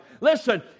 Listen